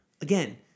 Again